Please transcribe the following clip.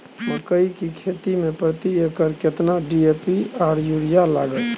मकई की खेती में प्रति एकर केतना डी.ए.पी आर यूरिया लागत?